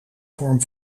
vorm